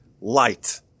light